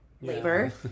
labor